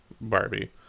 Barbie